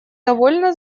довольно